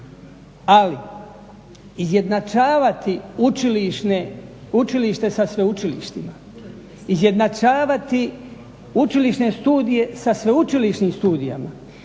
ali izjednačavati učilište sa sveučilištima, izjednačavati učilišne studije sa sveučilišnim studijama,